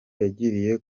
yagiriye